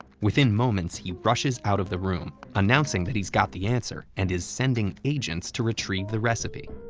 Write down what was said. within moments he rushes out of the room, announcing that he's got the answer and is sending agents to retrieve the recipe.